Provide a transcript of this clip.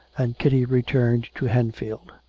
and kitty returned to henfield.